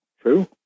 True